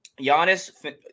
Giannis